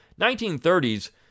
1930s